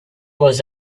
was